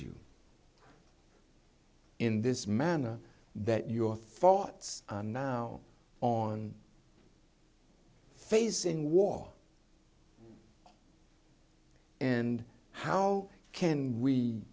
you in this manner that your thoughts are now on facing war and how can we